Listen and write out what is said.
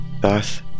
Thus